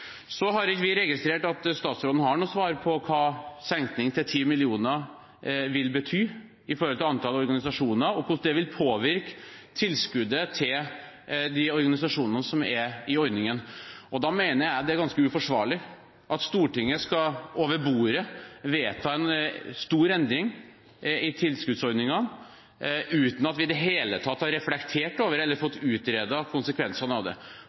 Så har ikke vi registrert at statsråden har noe svar på hva en senkning til 10 mill. kr vil bety i forhold til antall organisasjoner og hvordan det vil påvirke tilskuddet til de organisasjonene som er i ordningen. Da mener jeg at det er ganske uforsvarlig at Stortinget skal, over bordet, vedta en stor endring i tilskuddsordningen uten at vi i det hele tatt har reflektert over, eller fått utredet, konsekvensene av det.